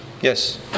Yes